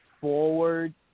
forward